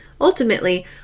Ultimately